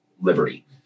liberty